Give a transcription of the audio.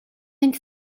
энд